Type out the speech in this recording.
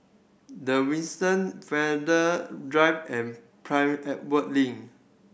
The Windsor Farrer Drive and Prince Edward Link